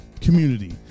community